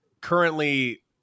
currently